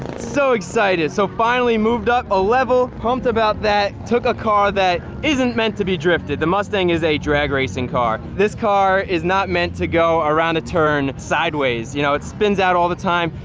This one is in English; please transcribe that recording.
so excited. so finally moved up a level, pumped about that, took a car that, isn't meant to be drifted, the mustang is a drag racing car. this car is not meant to go around a turn sideways, you know, it spins out all the time.